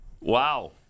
Wow